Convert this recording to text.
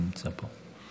אם הוא נמצא פה.